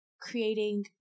creating